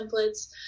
templates